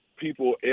people